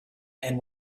and